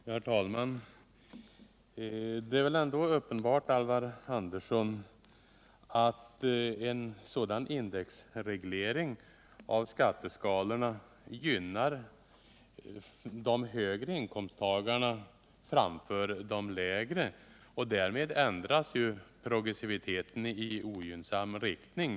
Herr talman! Det är väl ändå uppenbart, Alvar Andersson, att en indexreglering av skatteskalorna gynnar de högre inkomsttagarna framför de lägre. Därmed ändras ju progressiviteten i ogynnsam riktning.